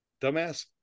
Dumbass